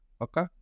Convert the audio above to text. okay